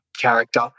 character